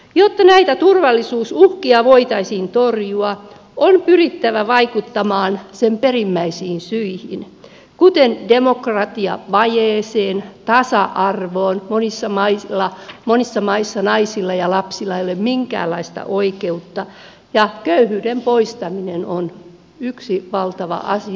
jotta näitä turvallisuusuhkia voitaisiin torjua on pyrittävä vaikuttamaan perimmäisiin syihin kuten demokratiavajeeseen tasa arvoon monissa maissa naisilla ja lapsilla ei ole minkäänlaista oikeutta ja köyhyyden poistaminen on yksi valtava asia